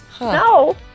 No